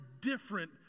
different